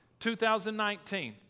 2019